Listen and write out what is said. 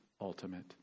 ultimate